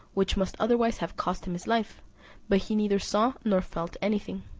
which must otherwise have cost him his life but he neither saw nor felt anything.